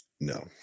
No